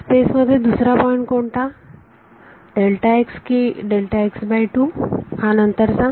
space मध्ये नंतरचा दुसरा पॉईंट कोणता की हा नंतरचा